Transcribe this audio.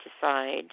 decide